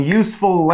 useful